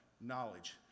Knowledge